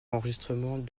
enregistrements